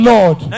Lord